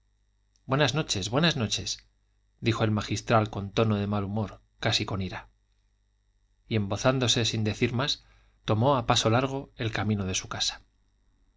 buenas noches buenas noches dijo el magistral con tono de mal humor casi con ira y embozándose sin decir más tomó a paso largo el camino de su casa